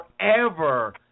forever